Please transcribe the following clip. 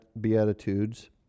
Beatitudes